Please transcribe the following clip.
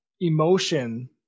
emotion